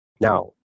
Now